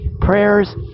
Prayers